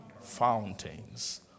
fountains